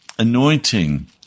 anointing